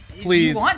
Please